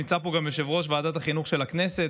ונמצא פה גם יושב-ראש ועדת החינוך של הכנסת.